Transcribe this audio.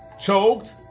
choked